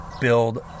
build